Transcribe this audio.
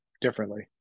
differently